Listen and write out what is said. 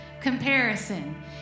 comparison